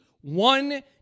one